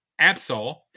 Absol